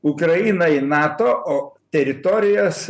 ukrainą į nato o teritorijas